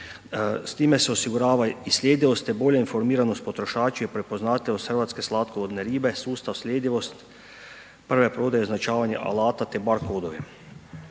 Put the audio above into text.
S time se osigurava i sljedivost te bolja informiranost potrošača i prepoznatljivost hrvatske slatkovodne ribe, sustav sljedivost prve prodaje označavanja alata te bar kodovi,